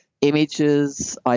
images